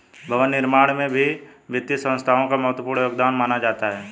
भवन निर्माण में भी वित्तीय संस्थाओं का महत्वपूर्ण योगदान माना जाता है